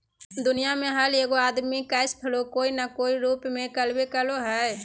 दुनिया में हर एगो आदमी कैश फ्लो कोय न कोय रूप में करबे करो हइ